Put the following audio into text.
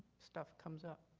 stuff comes up.